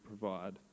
provide